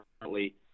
currently